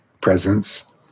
presence